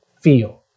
feel